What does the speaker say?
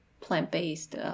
plant-based